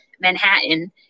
Manhattan